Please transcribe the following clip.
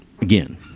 again